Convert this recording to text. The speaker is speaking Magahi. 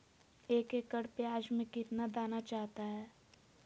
एक एकड़ प्याज में कितना दाना चाहता है?